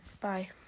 bye